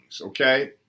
okay